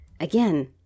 Again